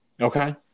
Okay